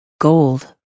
gold